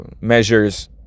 measures